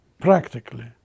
practically